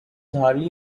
hardly